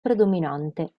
predominante